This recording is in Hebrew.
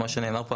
כמו שנאמר פה,